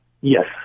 Yes